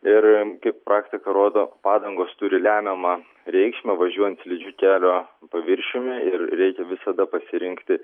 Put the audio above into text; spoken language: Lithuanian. ir kaip praktika rodo padangos turi lemiamą reikšmę važiuojant slidžiu kelio paviršiumi ir reikia visada pasirinkti